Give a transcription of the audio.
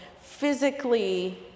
physically